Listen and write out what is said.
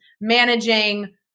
managing